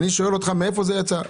אני שואל אותך מהיכן זה יצא.